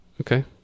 Okay